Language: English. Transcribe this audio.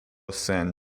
san